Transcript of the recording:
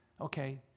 Okay